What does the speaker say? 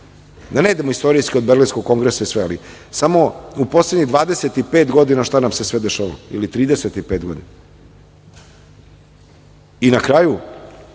Da ne idemo istorijski od Berlinskog kongresa, ali samo u poslednjih 25 godina šta nam se sve dešavalo, ili 35 godina. Na kraju,